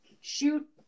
shoot